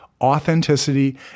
authenticity